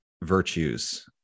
virtues